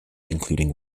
including